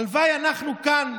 הלוואי שאנחנו כאן,